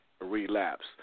relapse